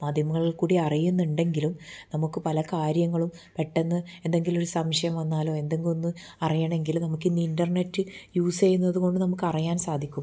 മാധ്യമങ്ങൾ കൂടി അറിയുന്നുണ്ടെങ്കിലും നമുക്ക് പല കാര്യങ്ങളും പെട്ടെന്ന് എന്തെങ്കിലും ഒരു സംശയം വന്നാലോ എന്തെങ്കിലും ഒന്ന് അറിയണമെങ്കിൽ നമുക്കിനി ഇൻ്റർനെറ്റ് യൂസ് ചെയ്യുന്നതുകൊണ്ട് നമുക്ക് അറിയാൻ സാധിക്കും